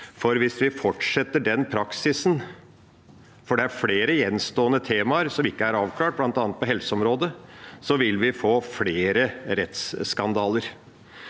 hvis vi fortsetter den praksisen – det er flere gjenstående temaer som ikke er avklart, bl.a. på helseområdet – vil vi få flere rettsskandaler.